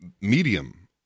medium